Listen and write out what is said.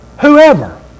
whoever